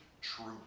truth